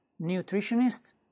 nutritionists